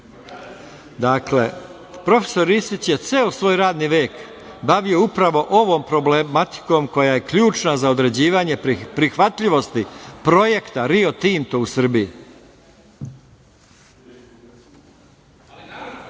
Dakle, prof. Ristić se ceo svoj radni vek bavio upravo ovom problematikom koja je ključna za određivanje prihvatljivosti projekta „Rio Tinto“ u Srbiji. Činjenica